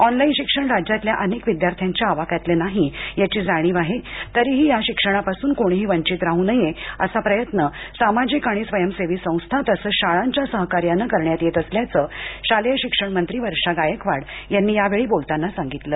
online शिक्षण राज्यातल्या अनेक विद्यार्थ्यांच्या आवाक्यातलं नाही याची जाणीव आहे तरिही या शिक्षणापासून कोणीही वंचित राहू नये असा प्रयत्न सामाजिक आणि स्वयंसेवी संस्था तसंच शाळांच्या सहकार्यानं करण्यात येत असल्याचं शालेय शिक्षण मंत्री वर्षा गायकवाड यांनी यावेळी बोलताना सांगितलं